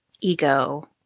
ego